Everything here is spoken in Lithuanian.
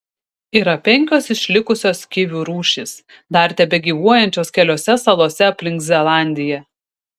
yra penkios išlikusios kivių rūšys dar tebegyvuojančios keliose salose aplink zelandiją